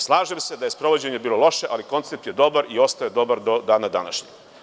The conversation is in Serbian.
Slažem se da je sprovođenje bilo loše, ali koncept je dobar i ostaje dobar do dana današnjeg.